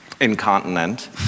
incontinent